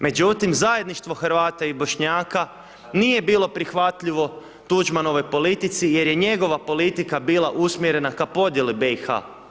Međutim, zajedništvo Hrvata i Bošnjaka nije bilo prihvatljivo Tuđmanovoj politici jer je njegova politika bila usmjerena k podjeli BiH.